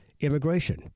immigration